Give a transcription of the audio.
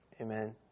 Amen